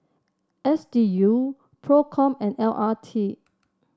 S D U Procom and L R T